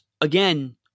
again